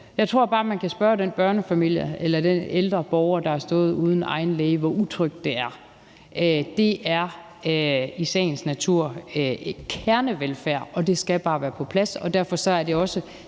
Jeg tror bare, man kan spørge den børnefamilie eller den ældre borger, der har stået uden egen læge, hvor utrygt det er. Det er i sagens natur kernevelfærd, og det skal bare være på plads, og derfor er det også